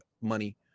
money